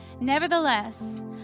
Nevertheless